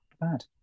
bad